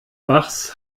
bachs